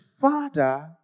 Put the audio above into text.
father